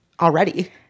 already